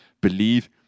believe